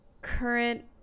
current